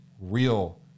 real